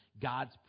God's